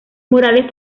morales